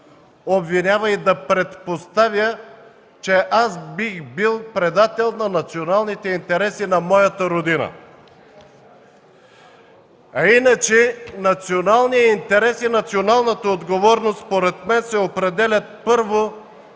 обвинява и да предпоставя, че аз бих бил предател на националните интереси на моята родина. Националният интерес и националната отговорност, според мен се определят, първо